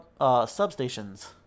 substations